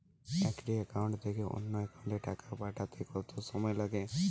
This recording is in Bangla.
একটি একাউন্ট থেকে অন্য একাউন্টে টাকা পাঠাতে কত সময় লাগে?